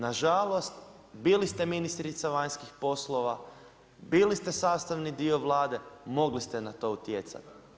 Nažalost bili ste ministrica vanjskih poslova, bili ste sastavni dio Vlade, mogli ste na to utjecati.